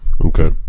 Okay